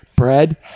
bread